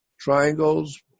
Triangles